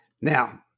Now